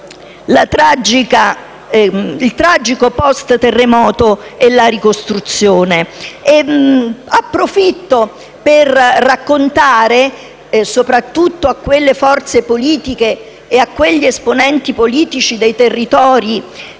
vivendo il tragico *post* terremoto e la ricostruzione. Approfitto per raccontare - soprattutto alle forze politiche e agli esponenti politici dei territori